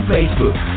Facebook